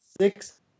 six